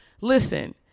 listen